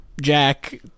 Jack